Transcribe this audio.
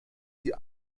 die